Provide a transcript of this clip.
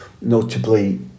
notably